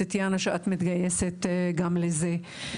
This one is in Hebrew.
טטיאנה, שאת מתגייסת גם לזה.